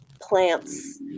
plants